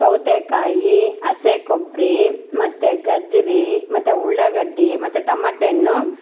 ಸೌತೇಕಾಯಿ ಹಸಿಕೊಬ್ರಿ ಮತ್ತು ಗದ್ದರಿ ಮತ್ತು ಉಳ್ಳಾಗಡ್ಡಿ ಮತ್ತು ತಮಟೆಣ್ಣು